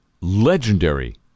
legendary